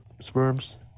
sperms